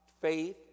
faith